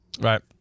Right